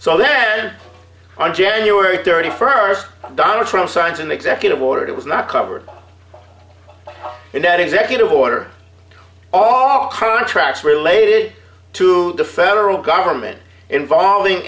so then on january thirty first donald trump signs an executive order that was not covered up in that executive order all contracts related to the federal government involving